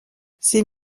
ces